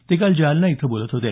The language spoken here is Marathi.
ते काल जालना इथं बोलत होते